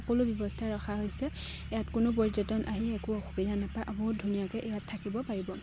সকলো ব্যৱস্থাই ৰখা হৈছে ইয়াত কোনো পৰ্যটন আহি একো অসুবিধা নাপায় বহুত ধুনীয়াকৈ ইয়াত থাকিব পাৰিব